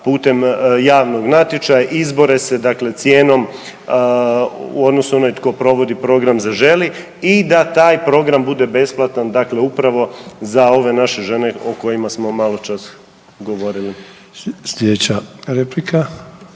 putem javnog natječaja, izbore se dakle cijenom u odnosno onaj tko provodi program „Zaželi“ i da taj program bude besplatan dakle upravo za ove naše žene o kojima smo malo čas govorili. **Sanader,